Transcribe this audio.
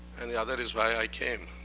and the other is why i came.